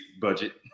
budget